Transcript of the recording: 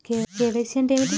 KYC అంటే ఏమిటి?